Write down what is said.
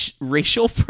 racial